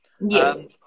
Yes